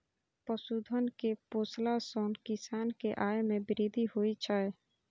पशुधन कें पोसला सं किसान के आय मे वृद्धि होइ छै